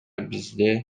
бизде